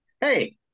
hey